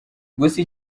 gusa